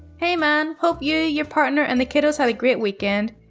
hey, man. hope you, your partner, and the kiddos had a great weekend.